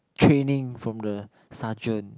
training from the sergeant